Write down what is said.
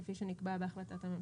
כפי שנקבע בהחלטת ממשלה.